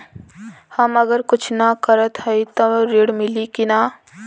हम अगर कुछ न करत हई त ऋण मिली कि ना?